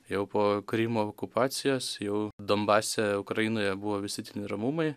jau po krymo okupacijos jau donbase ukrainoje buvo visi tie neramumai